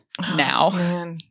now